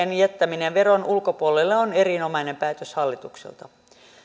lisäksi pientuottajien jättäminen veron ulkopuolelle on erinomainen päätös hallitukselta